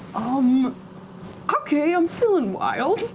um okay, i'm feeling wild.